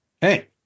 Hey